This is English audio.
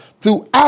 throughout